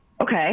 okay